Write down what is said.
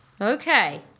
Okay